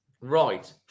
Right